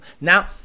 now